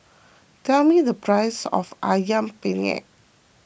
tell me the price of Ayam Penyet